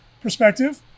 perspective